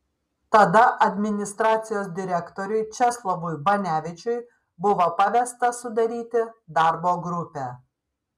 tada administracijos direktoriui česlovui banevičiui buvo pavesta sudaryti darbo grupę